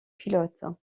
pilotes